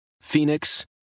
Phoenix